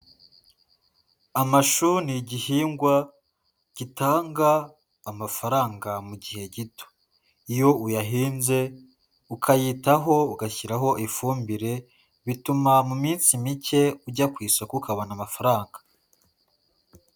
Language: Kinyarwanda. Amashu ni igihingwa gitanga amafaranga mu gihe gito, iyo uyahinze ukayitaho ugashyiraho ifumbire bituma mu minsi mike ujya ku isoko ukabona amafaranga.